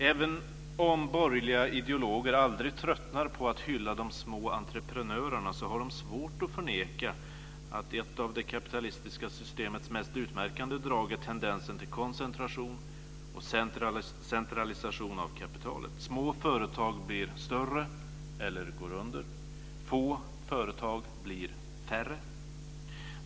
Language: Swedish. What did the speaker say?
Även om borgerliga ideologer aldrig tröttnar på att hylla de små entreprenörerna, har de svårt att förneka att ett av det kapitalistiska systemets mest utmärkande drag är tendensen till koncentration och centralisering av kapitalet. Små företag blir större - eller går under. Få företag blir färre.